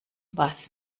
was